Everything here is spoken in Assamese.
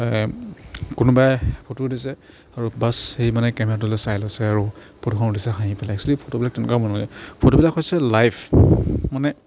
কোনোবাই ফটো দিছে আৰু বাচ সেই মানে কেমেৰাটোলৈ চাই লৈছে আৰু ফটোখন উঠিছে হাঁহি পেলাই এক্সোৱেলি ফটোবিলাক তেনেকুৱা হ'ব নালাগে ফটোবিলাক হৈছে লাইফ মানে